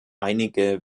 einige